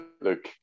look